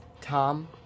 Tom